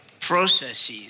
processes